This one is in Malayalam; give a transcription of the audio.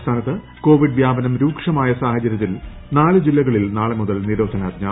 സംസ്ഥാനത്ത് കോവിഡ് വ്യാപനം രൂക്ഷമായ സാഹചര്യത്തിൽ നാല് ജില്ലകളിൽ നാളെ മുതൽ നിരോധനാജ്ഞ